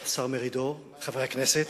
השר מרידור, חברי הכנסת,